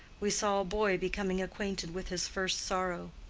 we saw a boy becoming acquainted with his first sorrow.